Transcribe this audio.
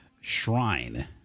Shrine